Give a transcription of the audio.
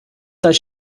does